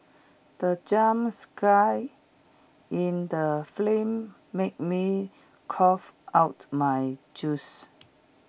the jump scare in the film made me cough out my juice